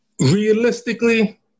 Realistically